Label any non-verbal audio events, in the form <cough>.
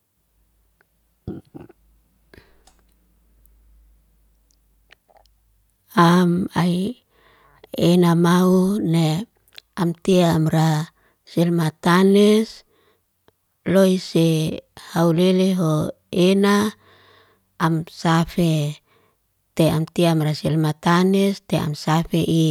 <hesitation> am ai ena maule am tia amra, selmatanes loy se hauleleho ena am safe. Te am tiam raselmastanes te am safe'i.